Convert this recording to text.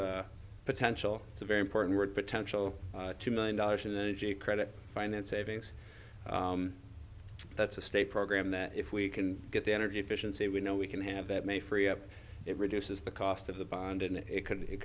potential it's a very important word potential two million dollars in energy credit finance savings that's a state program that if we can get the energy efficiency we know we can have that may free up it reduces the cost of the bond and it could